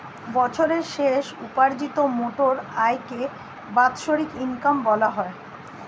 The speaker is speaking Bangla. বছরের শেষে উপার্জিত মোট আয়কে বাৎসরিক ইনকাম বলা হয়